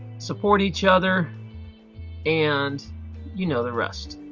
support each other and you know the rest.